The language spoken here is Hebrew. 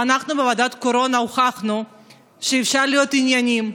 ואנחנו בוועדת הקורונה הוכחנו שאפשר להיות ענייניים,